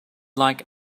like